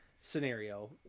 scenario